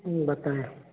बताएँ